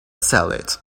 salad